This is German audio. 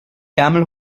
ärmel